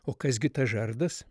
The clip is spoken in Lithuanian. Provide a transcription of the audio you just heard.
o kas gi tas žardas